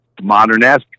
modern-esque